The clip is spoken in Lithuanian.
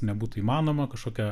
nebūtų įmanoma kažkokia